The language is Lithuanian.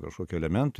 kažkokių elementų